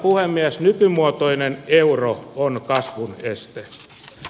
nykymuotoinen euro on kasvun este